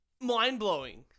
Mind-blowing